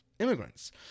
immigrants